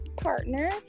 partner